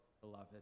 beloved